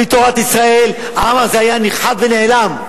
בלי תורת ישראל העם הזה היה נכחד ונעלם.